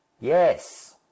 Yes